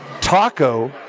taco